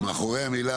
הלאה.